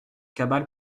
cabale